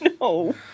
no